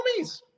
homies